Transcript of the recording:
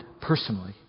personally